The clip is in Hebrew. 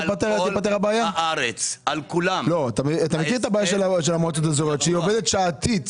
כי אתה מכיר את הבעיה של המועצות האזוריות - היא עובדת שעתית,